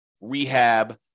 rehab